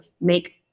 make